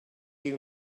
you